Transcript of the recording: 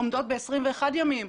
עומדות ב-21 ימים,